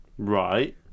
Right